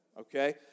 okay